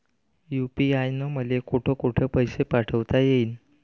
UPI न मले कोठ कोठ पैसे पाठवता येईन?